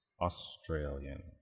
australian